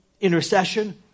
intercession